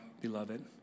beloved